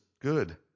good